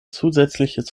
zusätzliches